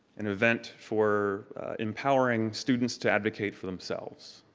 an event for empowering students to advocate for themselves.